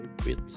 quit